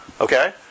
Okay